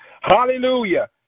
Hallelujah